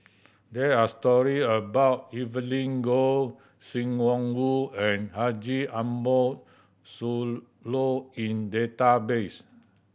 there are story about Evelyn Goh Sim Wong Hoo and Haji Ambo Sooloh in database